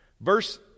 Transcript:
verse